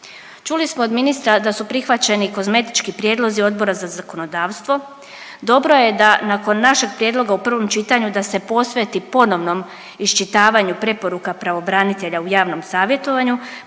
Čuli smo od ministra da su prihvaćeni kozmetički prijedlozi Odbora za zakonodavstvo, dobro je da nakon našeg prijedloga u prvom čitanju da se posveti ponovnom iščitavanju preporuka pravobranitelja u javnom savjetovanju